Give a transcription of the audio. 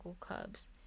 Cubs